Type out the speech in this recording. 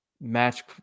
match